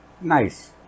Nice